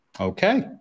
okay